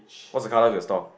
what's the colour of your stall